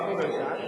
מה קורה אתן